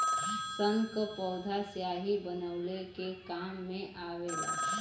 सन क पौधा स्याही बनवले के काम मे आवेला